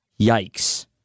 Yikes